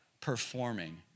performing